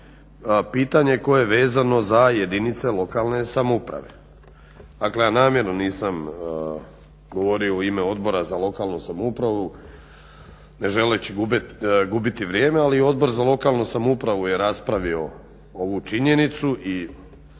pitanje koje je vezano za jedinice lokalne samouprave. Dakle, ja namjerno nisam govorio u ime Odbora za lokalnu samoupravu ne želeći gubiti vrijeme, ali Odbor za lokalnu samoupravu je raspravio ovu činjenicu i